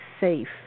safe